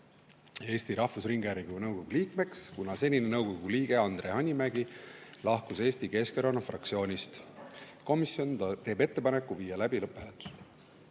Eesti Rahvusringhäälingu nõukogu liikmeks, kuna senine nõukogu liige Andre Hanimägi lahkus Eesti Keskerakonna fraktsioonist. Komisjon teeb ettepaneku viia läbi lõpphääletus.